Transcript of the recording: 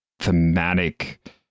thematic